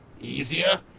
Easier